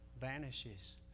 vanishes